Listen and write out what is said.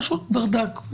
פשוט ברדק.